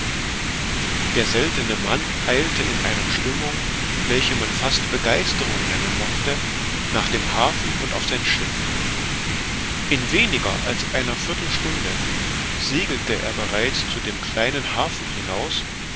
der seltene mann eilte in einer stimmung welche man fast begeisterung nennen mochte nach dem hafen und auf sein schiff in weniger als einer viertelstunde segelte er bereits zu dem kleinen hafen hinaus